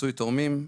לפיצוי תורמים,